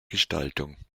gestaltung